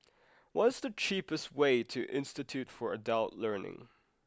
what's the cheapest way to Institute for Adult Learning